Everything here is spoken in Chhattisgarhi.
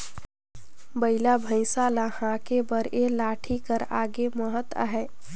बइला भइसा ल हाके बर ए लाठी कर अलगे महत अहे